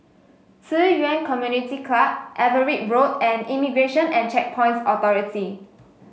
Ci Yuan Community Club Everitt Road and Immigration and Checkpoints Authority